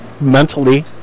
mentally